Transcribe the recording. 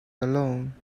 alone